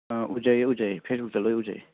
ꯎꯖꯩꯌꯦ ꯎꯖꯩꯌꯦ ꯐꯦꯁꯕꯨꯛꯇ ꯂꯣꯏ ꯎꯖꯩꯌꯦ